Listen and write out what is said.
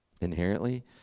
inherently